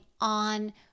on